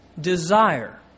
desire